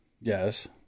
Yes